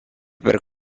per